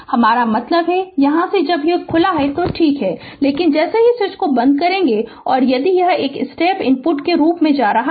हमारा मतलब यहाँ से जब यह खुला है तो ठीक है लेकिन जैसे ही स्विच को बंद करें और यदि यह एक स्टेप इनपुट के रूप में जा रहा है